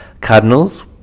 cardinals